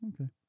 okay